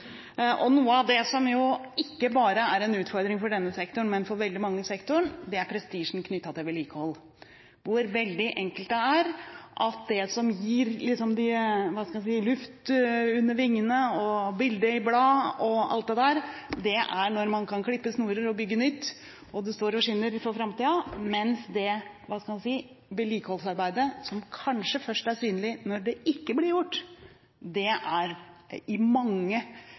Noe av det som ikke bare er en utfordring for denne sektoren, men for veldig mange sektorer, er prestisjen knyttet til vedlikehold. Det er veldig enkelt at det som gir luft under vingene, bilde i blad og den slags, det er når en kan klippe snorer og bygge nytt. Det står og skinner for framtiden, mens vedlikeholdsarbeid, som kanskje er mest synlig når det ikke blir gjort, er det